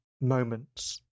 moments